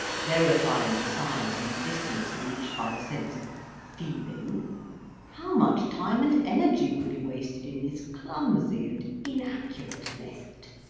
verifying the size and distance of each by the sense of feeling how much time and energy would be wasted in this clumsy and inaccurate method!